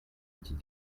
petit